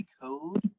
code